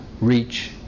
reach